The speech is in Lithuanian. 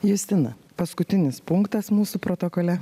justina paskutinis punktas mūsų protokole